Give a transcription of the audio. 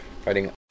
fighting